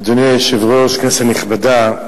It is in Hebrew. אדוני היושב-ראש, כנסת נכבדה,